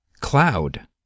cloud